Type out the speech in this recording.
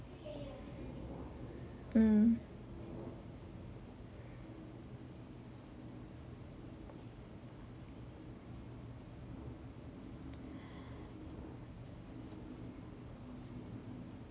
mm